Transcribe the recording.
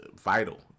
vital